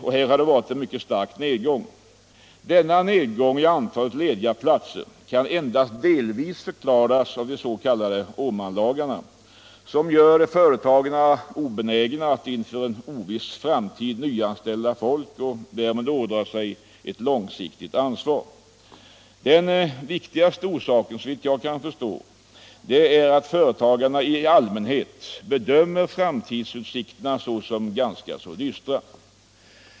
Här har det varit en mycket stark nedgång, som endast delvis kan förklaras av de s.k. Åmanlagarna, vilka gör företagen obenägna att inför en oviss framtid nyanställa folk och därmed ådra sig ett långsiktigt ansvar. Den viktigaste orsaken är, såvitt jag kan förstå, att företagarna i allmänhet bedömer framtidsutsikterna som ganska dystra.